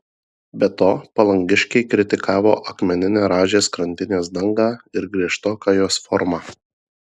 be to palangiškiai kritikavo akmeninę rąžės krantinės dangą ir griežtoką jos formą